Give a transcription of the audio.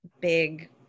big